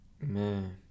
Man